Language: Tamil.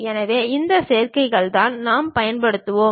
எனவே இந்த சேர்க்கைகள் தான் நாம் பயன்படுத்துவோம்